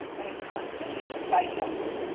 and was constantly misdiagnosed.